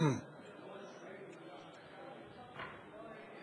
להביע אי-אמון בממשלה לא נתקבלה.